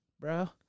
bro